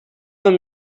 нам